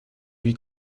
lui